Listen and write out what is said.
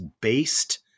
based